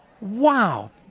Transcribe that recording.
Wow